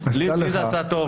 עשה טוב.